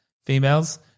Females